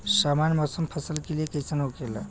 सामान्य मौसम फसल के लिए कईसन होखेला?